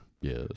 Yes